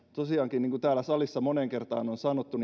niin kuin täällä salissa moneen kertaan on on sanottu